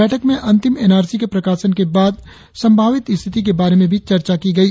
बैठक में अंतिम एनआरसी के प्रकाशन के बाद संभावित स्थिति के बारे में भी चर्चा की गई